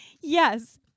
yes